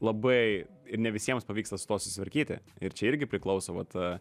labai ir ne visiems pavyksta su tuo susitvarkyti ir čia irgi priklauso vat